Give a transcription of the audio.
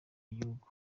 y’igihugu